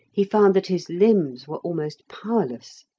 he found that his limbs were almost powerless.